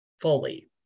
fully